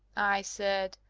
i said,